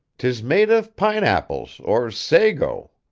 tis made of pineapples, or sago,